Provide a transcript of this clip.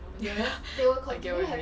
ya I get what you mean